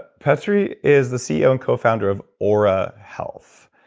ah petteri is the ceo and co-founder of ah oura health,